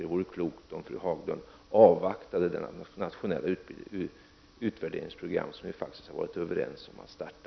Det vore klokt av fru Haglund att avvakta det nationella utvärderingsprogram som vi har varit överens om att starta.